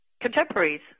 contemporaries